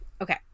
Okay